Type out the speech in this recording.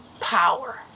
power